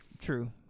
true